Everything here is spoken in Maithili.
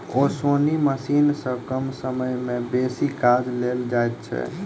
ओसौनी मशीन सॅ कम समय मे बेसी काज लेल जाइत छै